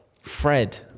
Fred